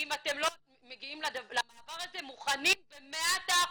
אם אתם לא מגיעים למעבר הזה מוכנים במאת האחוזים.